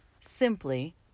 simply